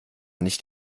nicht